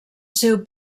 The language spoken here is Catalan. seu